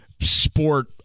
sport